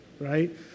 Right